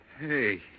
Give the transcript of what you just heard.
Hey